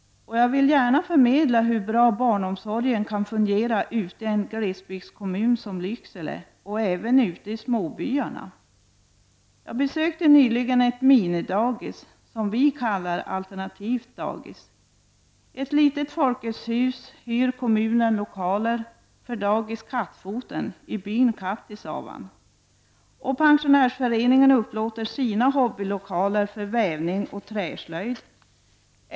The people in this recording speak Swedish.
Därför vill jag gärna förmedla hur bra barnomsorgen kan fungera ute i en glesbygdskommun som Lycksele och även ute i småbyarna. Jag har nyligen besökt ett minidagis som vi kallar alternativt dagis. I ett litet Folkets hus hyr kommunen lokaler för dagis Kattfoten, i byn Kattisavan, och pensionärsföreningen upplåter sina hobbylokaler för vävning och träslöjd.